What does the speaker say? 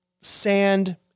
sand